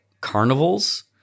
Carnivals